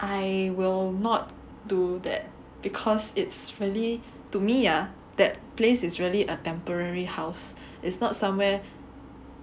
I will not do that because it's really to me ah that place is really a temporary house it's not somewhere